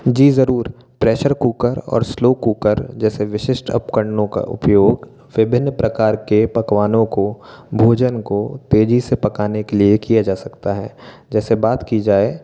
जी ज़रूर pressure cooker और slow cooker जैसे विशिष्ट उपकरणों का उपयोग विभिन्न प्रकार के पकवानों को भोजन को तेज़ी से पकाने के लिए किया जा सकता है जैसे बात की जाए